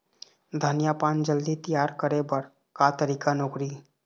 धनिया पान जल्दी तियार करे बर का तरीका नोकरी?